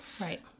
Right